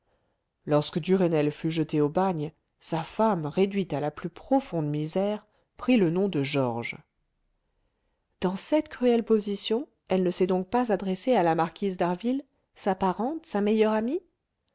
lorsque duresnel fut jeté au bagne sa femme réduite à la plus profonde misère prit le nom de georges dans cette cruelle position elle ne s'est donc pas adressée à la marquise d'harville sa parente sa meilleure amie